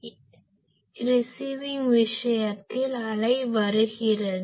எனவே ரிசிவிங் விஷயத்தில் அலை வருகிறது